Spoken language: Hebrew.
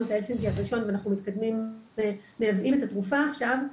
את השלב הראשון ואנחנו מייבאים את התרופה עכשיו,